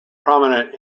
prominent